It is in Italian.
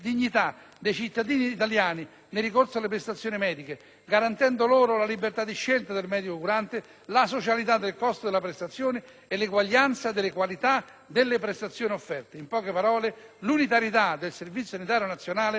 grazie a tutto